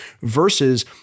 versus